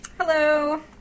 Hello